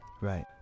Right